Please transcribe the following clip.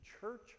church